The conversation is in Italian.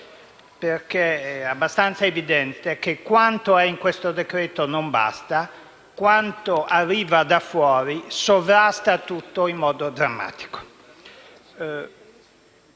perché è abbastanza evidente che quanto è in questo decreto-legge non basta e che quanto arriva da fuori sovrasta tutto in modo drammatico.